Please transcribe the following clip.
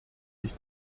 ich